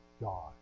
God